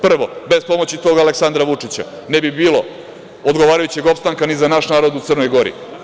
Prvo, bez pomoći tog Aleksandra Vučića ne bi bilo odgovarajućeg opstanka ni za naš narod u Crnoj Gori.